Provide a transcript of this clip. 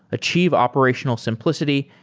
achieve operational simplicity,